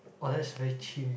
oh that's very